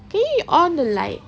can you on the light